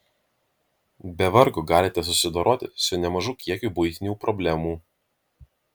be vargo galite susidoroti su nemažu kiekiu buitinių problemų